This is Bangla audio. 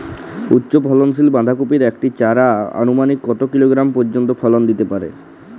উচ্চ ফলনশীল বাঁধাকপির একটি চারা আনুমানিক কত কিলোগ্রাম পর্যন্ত ফলন দিতে পারে?